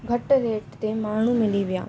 घटि रेट ते माण्हू मिली विया